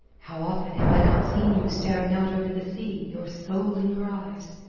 how often have i not seen you staring out over the sea, your soul in your eyes!